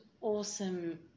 awesome